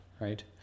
right